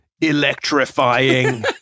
electrifying